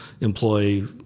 employee